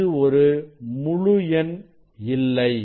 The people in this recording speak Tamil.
இது ஒரு முழு எண் இல்லை